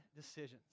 decisions